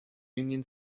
union